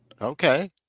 Okay